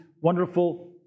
wonderful